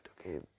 okay